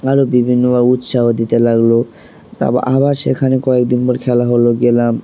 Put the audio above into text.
আরও বিভিন্নভাবে উৎসাহ দিতে লাগলো তারপর আবার সেখানে কয়েকদিন পর খেলা হলো গেলাম